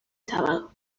sábado